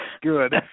good